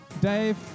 Dave